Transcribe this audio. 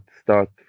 start